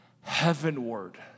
heavenward